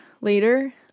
later